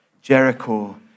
Jericho